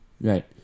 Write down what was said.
Right